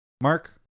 Mark